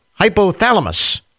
hypothalamus